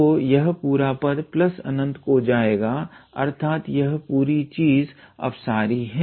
तो यह पूरा पद ∞ की ओर जाएगा अर्थात यह पूरी चीज अपसारी है